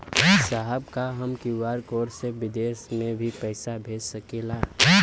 साहब का हम क्यू.आर कोड से बिदेश में भी पैसा भेज सकेला?